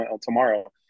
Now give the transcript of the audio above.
tomorrow